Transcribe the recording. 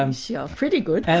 um so pretty good. and